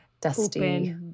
dusty